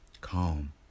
calm